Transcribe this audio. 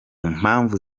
mpamvu